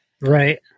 Right